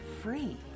free